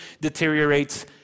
deteriorates